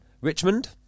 Richmond